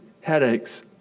headaches